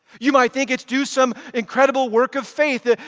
you might think it's do some incredible work of faith.